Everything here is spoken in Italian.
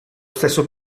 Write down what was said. stesso